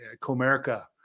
Comerica